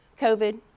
COVID